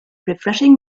refreshing